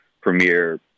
premier